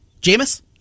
Jameis